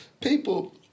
People